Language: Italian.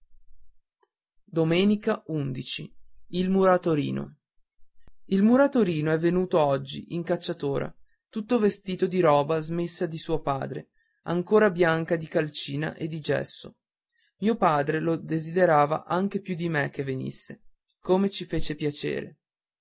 e la morte il muratorino ma l muratorino è venuto oggi in cacciatora tutto vestito di roba smessa di suo padre ancora bianca di calcina e di gesso mio padre lo desiderava anche più di me che venisse come ci fece piacere